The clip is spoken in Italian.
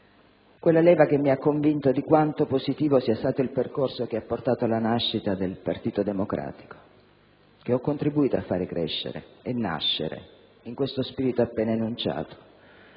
quella leva che mi ha convinto di quanto positivo sia stato il percorso che ha portato alla nascita del Partito Democratico, che ho contribuito a far crescere e nascere in questo spirito appena enunciato.